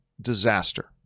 disaster